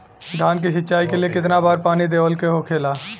धान की सिंचाई के लिए कितना बार पानी देवल के होखेला?